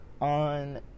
on